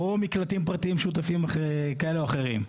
או מקלטים פרטיים שותפים כאלה או אחרים.